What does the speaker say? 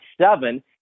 seven